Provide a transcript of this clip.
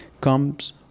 comes